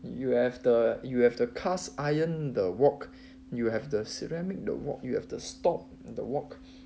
you have the you have the cast iron the wok you have the ceramic the wok you have to stop the wok